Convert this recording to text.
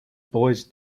boys